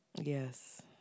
Yes